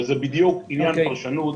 וזה בדיוק עניין של פרשנות.